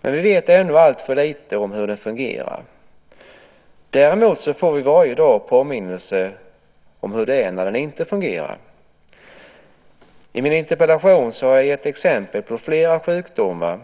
Men vi vet ännu alltför lite om hur den fungerar. Däremot får vi varje dag påminnelser om hur det är när den inte fungerar. I min interpellation har jag gett exempel på flera sjukdomar